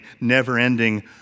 never-ending